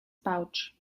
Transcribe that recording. pouch